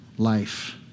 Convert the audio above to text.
life